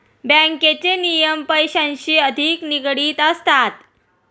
बँकेचे नियम पैशांशी अधिक निगडित असतात